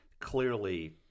clearly